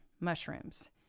mushrooms